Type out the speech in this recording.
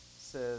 says